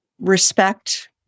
respect